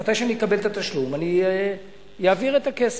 כשאני אקבל את התשלום, אני אעביר את הכסף.